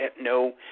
no